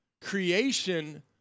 creation